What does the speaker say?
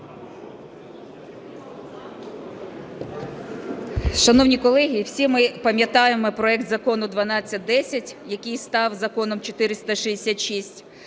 Шановні колеги, всі ми пам'ятаємо проект Закону 1210, який став Законом 466,